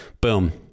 Boom